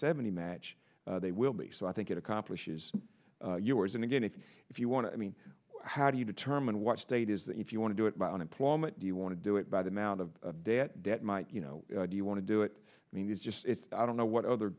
seventy match they will be so i think it accomplishes yours and again if you if you want to mean how do you determine what state is that if you want to do it by unemployment do you want to do it by the amount of debt debt might you know do you want to do it i mean it's just i don't know what other